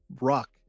rock